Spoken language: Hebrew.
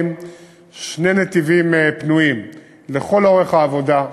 שני נתיבים פנויים לכל אורך העבודה,